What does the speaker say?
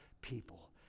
people